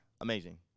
amazing